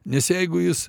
nes jeigu jis